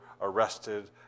arrested